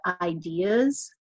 ideas